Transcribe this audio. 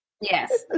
Yes